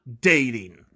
dating